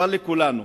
טובה לכולנו,